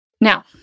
Now